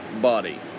body